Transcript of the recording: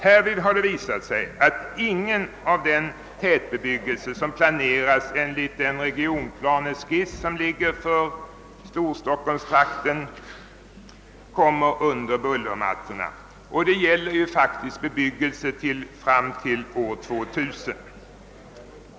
Härvid har det visat sig att ingen del av den tätbebyggelse som planeras enligt den regionplaneskiss som finns för stockholmstrakten och gäller bebyggelse fram till år 2000 kommer under bullermattorna.